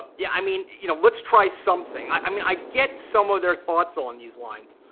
yeah, i mean, you know let's try something. i mean, i get some of their thoughts along these lines.